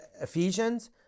Ephesians